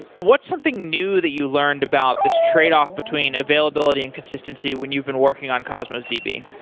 what's something new that you learned about this trade-off between availability and consistency when you've been working on cosmos db?